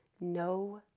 no